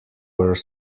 were